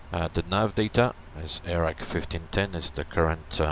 the nav data is airac fifteen ten is the current